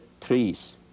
trees